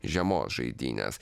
žiemos žaidynes